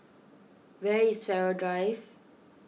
where is Farrer Drive